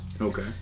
Okay